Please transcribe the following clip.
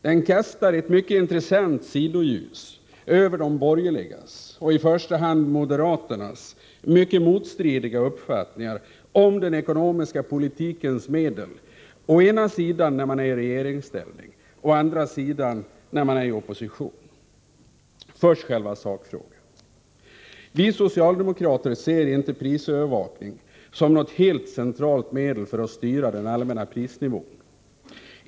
Den kastar ett mycket intressant sidoljus över de borgerligas och i första hand moderaternas mycket motstridiga uppfattningar om den ekonomiska politikens medel, å ena sidan när man är i regeringsställning och å andra sidan när man är i opposition. Först själva sakfrågan! Vi socialdemokrater ser inte prisövervakning som något helt centralt medel för att styra den allmänna prisnivån.